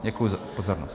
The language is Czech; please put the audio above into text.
Děkuji za pozornost.